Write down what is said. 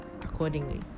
accordingly